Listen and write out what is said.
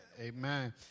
Amen